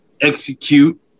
execute